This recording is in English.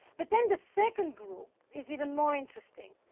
but then the second group is even more interesting.